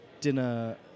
dinner